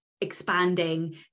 expanding